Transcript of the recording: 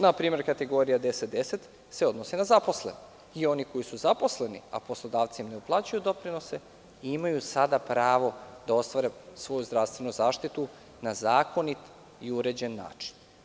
Na primer, kategorija 1010 se odnosi na zaposlene i oni koji su zaposleni, a poslodavci im ne uplaćuju doprinose, imaju sada pravo da ostvare svoju zdravstvenu zaštitu na zakonit i uređen način.